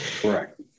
Correct